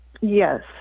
Yes